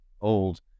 old